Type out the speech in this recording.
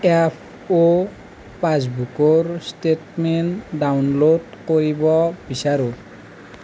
F O পাছবুকৰ statement download কৰিব বিচাৰোঁ